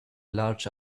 large